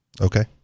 Okay